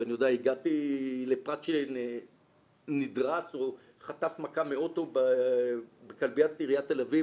הגעתי לפרט שנדרס או חטף מכה מאוטו בכלביית עיריית תל אביב.